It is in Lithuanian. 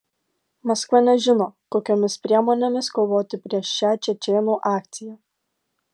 maskva nežino kokiomis priemonėmis kovoti prieš šią čečėnų akciją